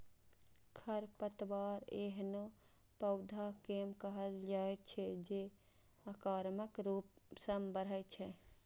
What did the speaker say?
खरपतवार एहनो पौधा कें कहल जाइ छै, जे आक्रामक रूप सं बढ़ै छै